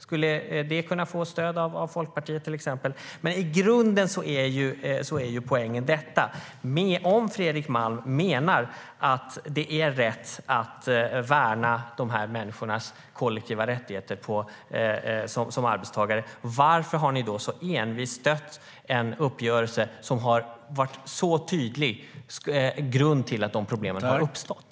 Skulle det kunna få stöd av Folkpartiet? I grunden är poängen att om Fredrik Malm menar att det är rätt att värna dessa människors kollektiva rättigheter som arbetstagare, varför har ni då så envist stött en uppgörelse som har varit en så tydlig orsak till att de problemen har uppstått?